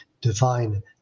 divine